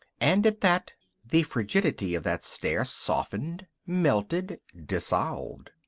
and at that the frigidity of that stare softened, melted, dissolved.